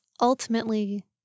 ultimately